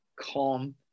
calm